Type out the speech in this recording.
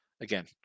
again